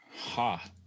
ha